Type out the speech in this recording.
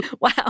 Wow